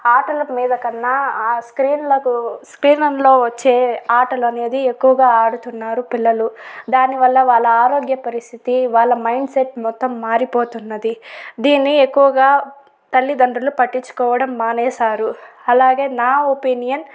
ఆటలకు మీదకన్నా ఆ స్క్రీన్ లకు స్క్రీనుల్లో వచ్చే ఆటలు అనేది ఎక్కువగా ఆడుతున్నారు పిల్లలు దానివల్ల వాళ్ళ ఆరోగ్య పరిస్థితి వాళ్ళ మైండ్ సెట్ మొత్తం మారిపోతున్నది దీన్ని ఎక్కువగా తల్లిదండ్రులు పట్టించుకోవడం మానేశారు అలాగే నా ఒపీనియన్